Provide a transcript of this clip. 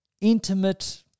intimate